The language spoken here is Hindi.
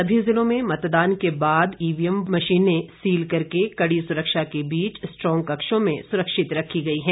सभी ज़िलों में मतदान के बाद ईवीएम मशीनें सील करके कड़ी सुरक्षा के बीच स्ट्रांग कक्षों में सुरक्षित रखी गई हैं